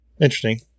interesting